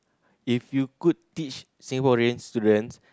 if you could teach Singaporean students